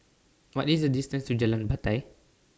What IS The distance to Jalan Batai